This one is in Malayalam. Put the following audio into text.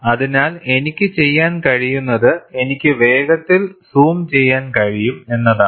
അതിനാൽ എനിക്ക് ചെയ്യാൻ കഴിയുന്നത് എനിക്ക് വേഗത്തിൽ സൂം ചെയ്യാൻ കഴിയും എന്നതാണ്